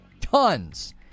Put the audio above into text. Tons